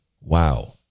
Wow